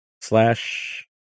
slash